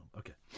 okay